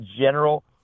general